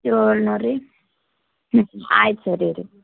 ಏಳುನೂರು ರೀ ಹ್ಞೂ ಆಯ್ತು ಸರಿ ರೀ